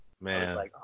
man